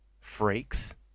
freaks